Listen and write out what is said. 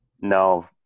no